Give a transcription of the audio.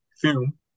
film